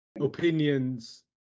opinions